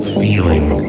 feeling